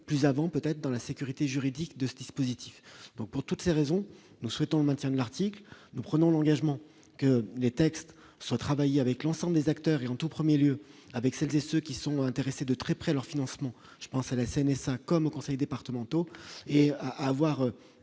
plus avant, peut-être dans la sécurité juridique de ce dispositif, donc pour toutes ces raisons, nous souhaitons le maintien de l'article, nous prenons l'engagement que les textes soient travailler avec l'ensemble des acteurs et en tout 1er lieu avec 7 et ceux qui sont intéressés de très près leur financement, je pense à la scène et 5 hommes aux conseils départementaux et avoir